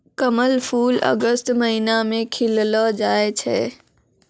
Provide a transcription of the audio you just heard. कमल फूल अगस्त महीना मे खिललो जाय छै